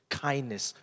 kindness